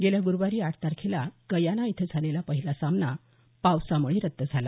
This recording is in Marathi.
गेल्या गुरुवारी आठ तारखेला गयाना इथं झालेला पहिला सामना पावसामुळे रद्द झाला